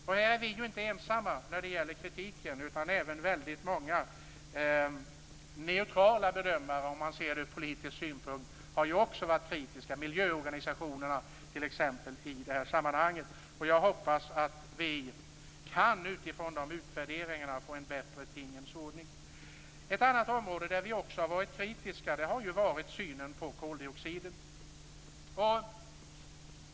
Vi är inte ensamma om kritiken, utan även väldigt många neutrala bedömare, om man ser det ur politisk synpunkt, har varit kritiska, t.ex. miljöorganisationerna. Jag hoppas att vi utifrån utvärderingarna kan få en bättre tingens ordning. Ett annat område där vi också har varit kritiska är synen på koldioxiden.